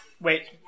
wait